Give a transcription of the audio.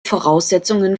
voraussetzungen